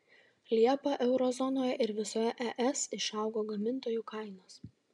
liepą euro zonoje ir visoje es išaugo gamintojų kainos